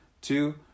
two